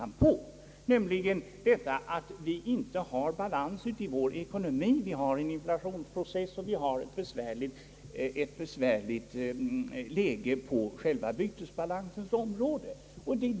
Den primära frågan i sammanhanget är alltså att vi inte har balans i vår ekonomi, att vi har en inflationsprocess och ett besvärligt läge på själva bytesbalansens område.